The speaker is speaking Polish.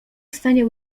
stanie